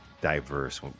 diverse